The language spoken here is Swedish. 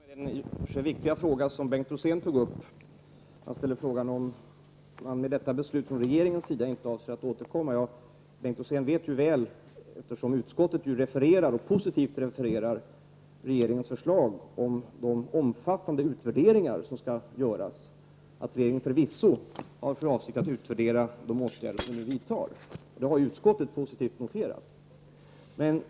Herr talman! Jag vill börja med att svara på den viktiga fråga som Bengt Rosén tog upp. Han frågade om regeringen i och med detta beslut inte avser att återkomma. Bengt Rosén vet mycket väl, eftersom utskottet positivt refererar till regeringens förslag om de omfattande utvärderingar som skall göras, att regeringen förvisso har för avsikt att utvärdera de åtgärder som vi vidtar. Detta har utskottet positivt noterat.